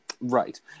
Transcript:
Right